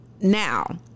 Now